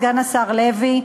סגן השר לוי,